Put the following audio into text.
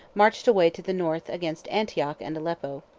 marched away to the north against antioch and aleppo.